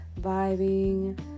vibing